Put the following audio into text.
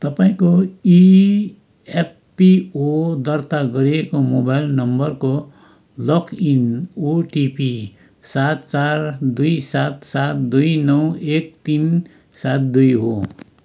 तपाईँँको इएफपीओ दर्ता गरिएको मोबाइल नम्बरको लगइन ओटिपी सात चार दुई सात सात दुई नौ एक तिन सात दुई हो